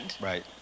Right